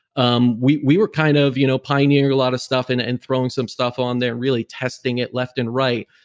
um we we were kind of you know pioneering a lot of stuff and and throwing some stuff on there, really testing it left and right.